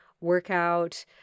workout